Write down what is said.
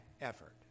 effort